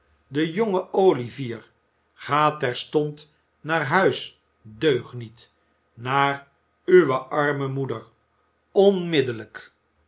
de jonge olivier oa terstond naar huis deugniet naar uwe arme moeder onmiddellijk